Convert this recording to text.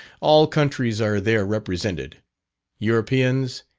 all countries are there represented europeans,